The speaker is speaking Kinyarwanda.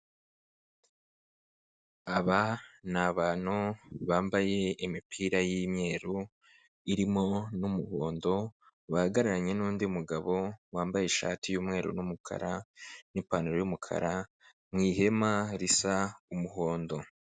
Aba ni abantu bambaye imipira y'imweru irimo n'umuhondo bahagararanye n'undi mugabo wambaye ishati y'umweru n'umukara n'ipantaro y'umukara mu ihema risa umuhondo.